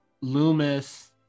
Loomis